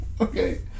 Okay